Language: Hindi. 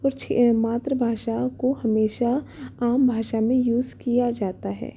छे मात्र भाषा को हमेशा आम भाषा में यूज़ किया जाता है